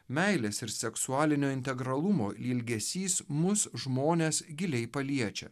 meilės ir seksualinio integralumo ilgesys mus žmones giliai paliečia